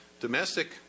domestic